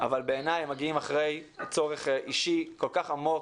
אבל בעיניי הם מגיעים אחרי צורך אישי כל כך עמוק.